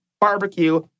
barbecue